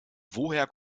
woher